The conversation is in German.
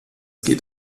geht